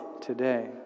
today